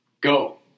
Go